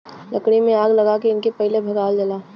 लकड़ी में आग लगा के इनके पहिले भगावल जाला